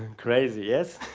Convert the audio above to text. crazy, yes?